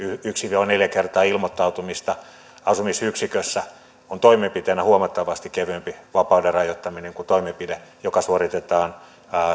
yksi viiva neljä kertaa ilmoittautumista asumisyksikössä on toimenpiteenä huomattavasti kevyempi vapauden rajoittaminen kuin toimenpide joka suoritetaan